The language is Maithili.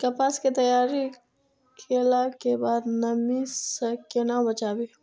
कपास के तैयार कैला कै बाद नमी से केना बचाबी?